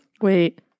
Wait